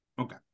Okay